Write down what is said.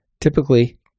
Typically